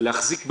להחזיק,